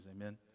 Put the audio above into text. amen